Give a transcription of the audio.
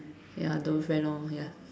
ya don't friend orh ya